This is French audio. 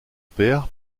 père